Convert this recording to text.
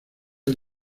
del